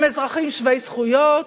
הם אזרחים שווי זכויות.